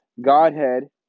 Godhead